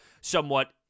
somewhat